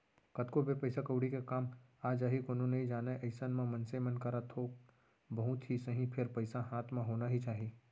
कतको बेर पइसा कउड़ी के काय काम आ जाही कोनो नइ जानय अइसन म मनसे मन करा थोक बहुत ही सही फेर पइसा हाथ म होना ही चाही